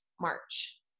March